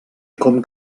com